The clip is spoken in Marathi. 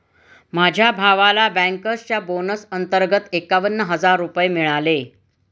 माझ्या भावाला बँकर्सच्या बोनस अंतर्गत एकावन्न हजार रुपये मिळाले